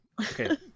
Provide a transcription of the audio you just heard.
Okay